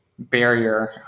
barrier